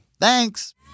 Thanks